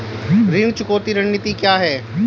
ऋण चुकौती रणनीति क्या है?